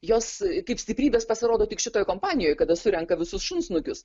jos kaip stiprybės pasirodo tik šitoj kompanijoj kada surenka visus šunsnukius